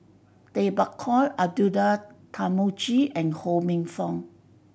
Tay Bak Koi Abdullah Tarmugi and Ho Minfong